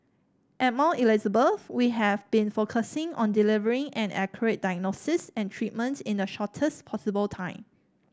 at Mount Elizabeth we have been focusing on delivering an accurate diagnosis and treatment in the shortest possible time